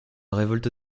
révolte